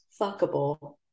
fuckable